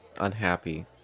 unhappy